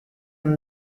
and